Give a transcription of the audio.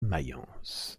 mayence